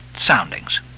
soundings